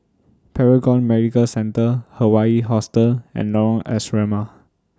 Paragon Medical Centre Hawaii Hostel and Lorong Asrama